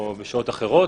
או בשעות אחרות,